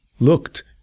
looked